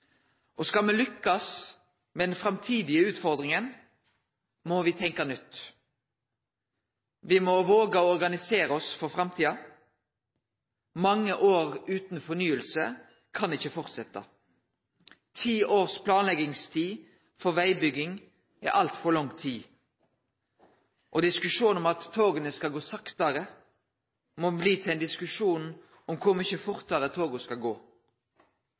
transportsystemet. Skal me lykkast med den framtidige utfordringa, må me tenkje nytt. Me må våge å organisere oss for framtida. Mange år utan fornying kan ikkje halde fram. Ti års planleggingstid for vegbygging er altfor lang tid. Diskusjonen om at toga skal gå saktare, må bli til ein diskusjon om kor mykje fortare toga skal gå.